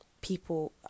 people